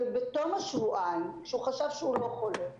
ובתום השבועיים כשהוא חשב שהוא לא חולה,